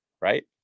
right